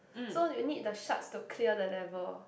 so you need the shards to clear the level